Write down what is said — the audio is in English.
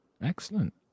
Excellent